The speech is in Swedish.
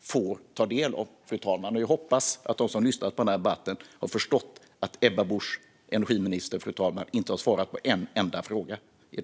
får ta del av, fru talman, och jag hoppas att de som lyssnar på den här debatten har förstått att energiminister Ebba Busch inte har svarat på en enda fråga i dag.